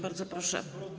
Bardzo proszę.